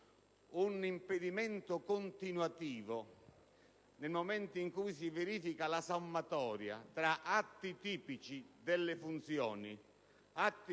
un impedimento continuativo, nel momento in cui si verifica la sommatoria tra atti tipici delle funzioni,